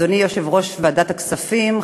אדוני יושב-ראש ועדת הכספים,